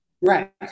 Right